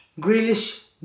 Grealish